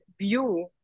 view